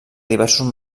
diversos